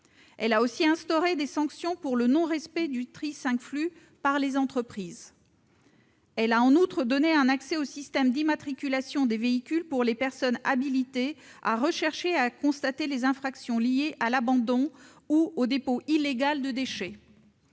également instauré des sanctions en cas de non-respect du tri cinq flux par les entreprises. En outre, la commission a donné accès au système d'immatriculation des véhicules aux personnes habilitées à rechercher et à constater les infractions liées à l'abandon ou au dépôt illégal de déchets.